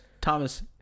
thomas